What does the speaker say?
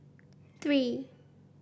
three